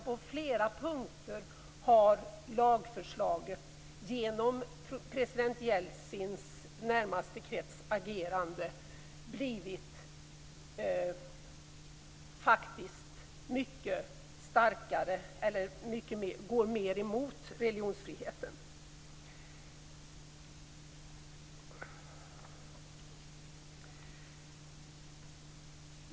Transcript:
På flera punkter har lagförslaget, genom agerandet i president Jeltsins närmaste krets, blivit mycket starkare, och det går mer emot religionsfriheten.